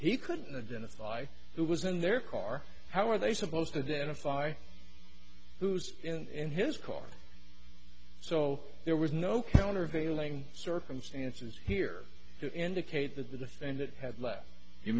he couldn't identify who was in their car how are they supposed to do it in a five in his car so there was no countervailing circumstances here to indicate that the defendant had left you